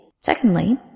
Secondly